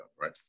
right